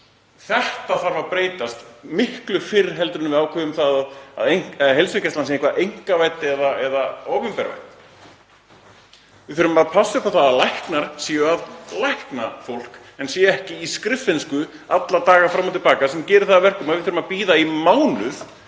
Þetta þarf að breytast miklu fyrr en við ákveðum það að heilsugæslan sé einkavædd eða opinber. Við þurfum að passa upp á það að læknar séu að lækna fólk en séu ekki í skriffinnsku alla daga fram og til baka sem gerir það að verkum að við þurfum að bíða í mánuð